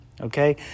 okay